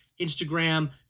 Instagram